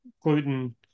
gluten